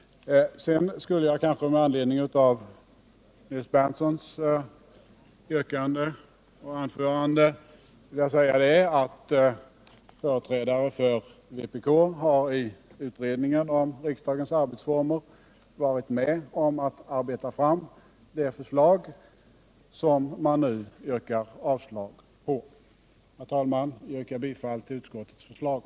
Sedan skulle jag kanske med anledning av Nils Berndtsons yrkande och anförande vilja säga att företrädare för vpk i utredningen om riksdagens arbetsformer har varit med om att arbeta fram det förslag som man nu yrkar avslag på. Herr talman! Jag yrkar bifall till utskottets hemställan.